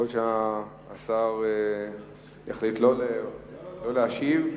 יכול להיות שהשר יחליט שלא להשיב.